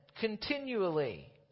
Continually